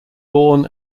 born